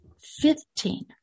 fifteen